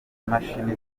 imashini